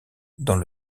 dans